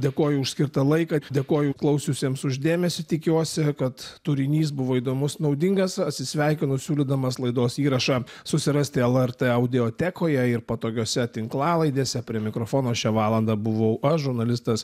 dėkoju už skirtą laiką dėkoju klausiusiems už dėmesį tikiuosi kad turinys buvo įdomus naudingas atsisveikinu siūlydamas laidos įrašą susirasti lrt audiotekoje ir patogiose tinklalaidėse prie mikrofono šią valandą buvau aš žurnalistas